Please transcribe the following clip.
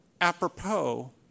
apropos